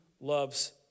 loves